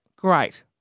great